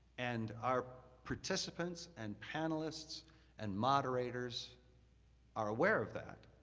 and our participants and panelists and moderators are aware of that,